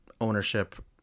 ownership